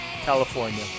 California